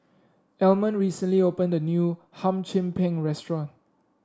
Almond recently opened a new Hum Chim Peng restaurant